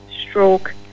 stroke